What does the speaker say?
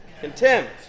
contempt